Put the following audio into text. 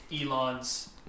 Elon's